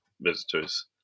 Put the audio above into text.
visitors